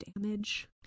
damage